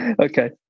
Okay